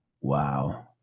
Wow